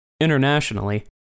Internationally